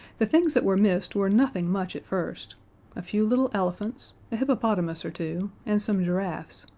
the things that were missed were nothing much at first a few little elephants, a hippopotamus or two, and some giraffes,